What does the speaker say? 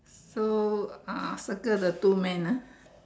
so uh circle the two man ah